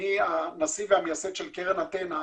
אני הנשיא והמייסד של קרן אתנה,